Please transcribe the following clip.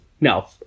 no